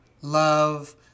Love